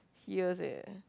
serious eh